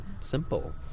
simple